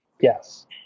Yes